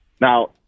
Now